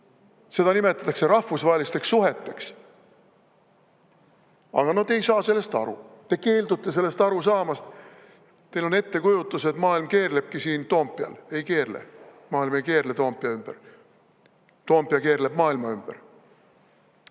Seda nimetatakse rahvusvahelisteks suheteks. Aga no te ei saa sellest aru, te keeldute sellest aru saamast. Teil on ettekujutus, et maailm keerlebki siin Toompea ümber. Ei keerle, maailm ei keerle Toompea ümber, Toompea keerleb maailma ümber. Ja